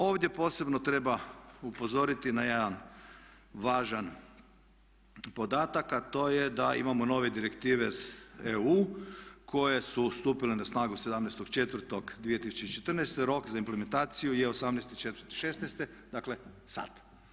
Ovdje posebno treba upozoriti na jedan važan podatak a to je da imamo nove direktive iz EU koje su stupile na snagu 17.4.2014., rok za implementaciju je 18.4.2016., dakle sad.